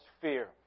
fear